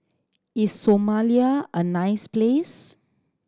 is Somalia a nice place